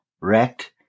wrecked